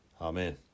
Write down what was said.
Amen